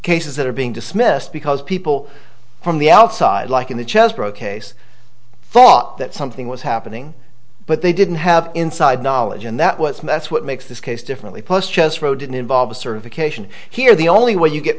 cases that are being dismissed because people from the outside like in the chess broke ace thought that something was happening but they didn't have inside knowledge and that was mess what makes this case differently plus just throw didn't involve certification here the only way you get